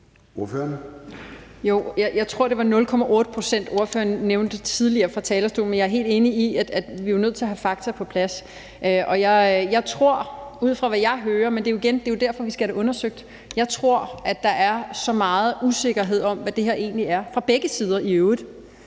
jeg tror, at det var 0,8 pct., ordføreren nævnte tidligere fra talerstolen, men jeg er helt enig i, at vi jo er nødt til at have fakta på plads. Jeg tror, ud fra hvad jeg hører, og det er jo derfor, at vi skal have det undersøgt, at der er så meget usikkerhed om, hvad det her egentlig er – fra begge sider i øvrigt